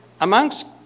amongst